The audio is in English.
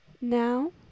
now